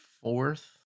fourth